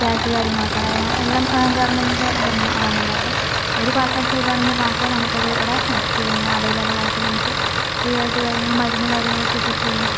cash കാര്യങ്ങളൊക്കെ അതായത് എല്ലാം ഗവൺമെന്റിൻ്റെ ഇതെന്നെ ആണല്ലോ അപ്പോൾ അവര് പാസാക്കി തരുവാണെങ്കിൽ മാത്രമേ നമുക്കത് ഇവിടെ പിന്നെ അവൈലബിൾ ആയിട്ട് നമുക്ക് ഫ്രീയായിട്ട് കാര്യങ്ങൾ മരുന്നു കാര്യങ്ങളൊക്കെ കിട്ടുകയുള്ളു